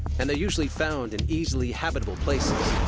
and they're usually found in easily habitable places,